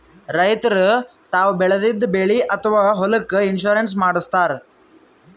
ರೈತರ್ ತಾವ್ ಬೆಳೆದಿದ್ದ ಬೆಳಿ ಅಥವಾ ಹೊಲಕ್ಕ್ ಇನ್ಶೂರೆನ್ಸ್ ಮಾಡಸ್ತಾರ್